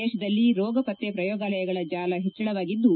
ದೇಶದಲ್ಲಿ ರೋಗಪತ್ತೆ ಪ್ರಯೋಗಾಲಯಗಳ ಜಾಲ ಹೆಚ್ಚಳವಾಗಿದ್ದು